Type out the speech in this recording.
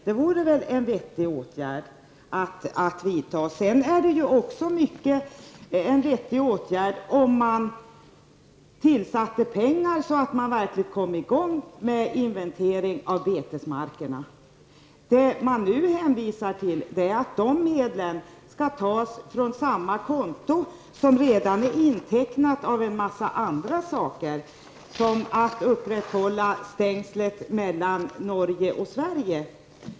Det vore väl en vettig åtgärd att vidta. En annan vettig åtgärd vore att man tillförde pengar så att en inventering av betesmarkerna verkligen kom i gång. Nu hänvisar man till att dessa medel skall tas från det konto som redan är intecknat av en massa andra saker, t.ex. att upprätthålla stängslet mellan Norge och Sverige.